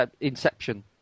Inception